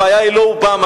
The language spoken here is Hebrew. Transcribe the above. הבעיה היא לא אובמה,